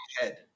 head